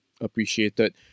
appreciated